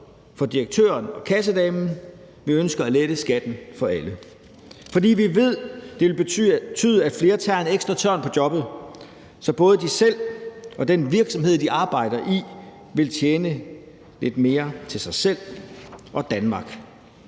for direktøren og kassedamen. Vi ønsker at lette skatten for alle. For vi ved, at det vil betyde, at flere tager en ekstra tørn på jobbet, så både de selv og den virksomhed, de arbejder i, vil tjene lidt mere til sig selv og Danmark.